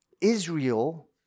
Israel